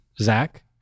Zach